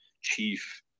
Chief